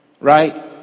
Right